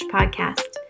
Podcast